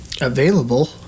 available